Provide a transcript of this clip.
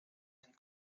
and